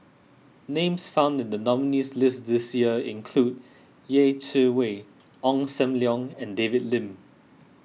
names found in the nominees' list this year include Yeh Chi Wei Ong Sam Leong and David Lim